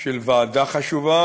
של ועדה חשובה,